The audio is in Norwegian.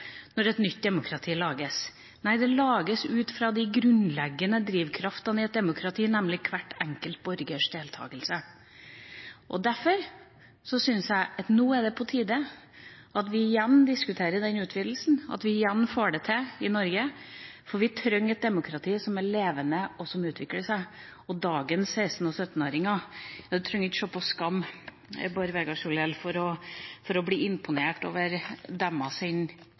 et nytt demokrati lages. Nei, det lages ut fra de grunnleggende drivkreftene i et demokrati, nemlig hver enkelt borgers deltakelse. Derfor syns jeg at det nå er på tide at vi igjen diskuterer denne utvidelsen, at vi igjen får det til i Norge, for vi trenger et demokrati som er levende, og som utvikler seg. Og når det gjelder dagens 16- og 17-åringer: Man trenger ikke se på «Skam», Bård Vegar Solhjell, for å bli imponert over